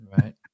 Right